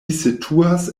situas